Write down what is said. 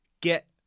get